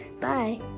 Bye